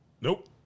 Nope